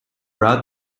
route